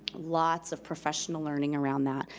lots of professional learning around that,